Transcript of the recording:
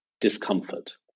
discomfort